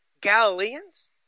Galileans